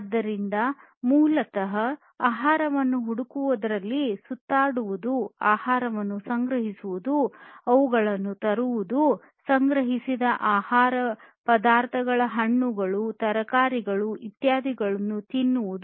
ಆದ್ದರಿಂದ ಮೂಲತಃ ಆಹಾರವನ್ನು ಹುಡುಕುವಲ್ಲಿ ಸುತ್ತಾಡುವುದು ಆಹಾರವನ್ನು ಸಂಗ್ರಹಿಸುವುದು ಅವುಗಳನ್ನು ತರುವುದು ಸಂಗ್ರಹಿಸಿದ ಆಹಾರ ಪದಾರ್ಥಗಳಾದ ಹಣ್ಣುಗಳು ತರಕಾರಿಗಳು ಇತ್ಯಾದಿಗಳನ್ನು ತಿನ್ನುವುದು